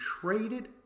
traded